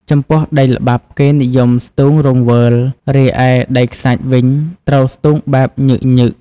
ចំពោះដីល្បាប់គេនិយមស្ទូងរង្វើល រីឯដីខ្សាច់វិញត្រូវស្ទូងបែបញឹកៗ។